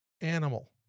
animal